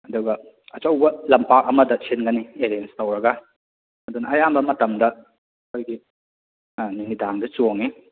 ꯑꯗꯨꯒ ꯑꯆꯧꯕ ꯂꯝꯄꯥꯛ ꯑꯃꯗ ꯁꯤꯟꯒꯅꯤ ꯑꯦꯔꯦꯟꯁ ꯇꯧꯔꯒ ꯑꯗꯨꯅ ꯑꯌꯥꯝꯕ ꯃꯇꯝꯗ ꯑꯩꯈꯣꯏꯒꯤ ꯅꯨꯃꯤꯗꯥꯡꯗ ꯆꯣꯡꯉꯤ